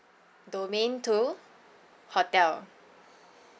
domain two hotel